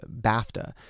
BAFTA